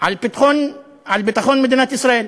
על ביטחון מדינת ישראל,